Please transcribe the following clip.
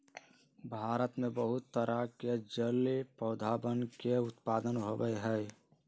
भारत में बहुत तरह के जलीय पौधवन के उत्पादन होबा हई